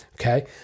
okay